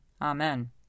Amen